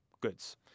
goods